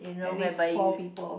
at least four people